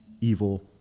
evil